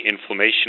inflammation